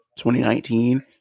2019